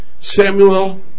Samuel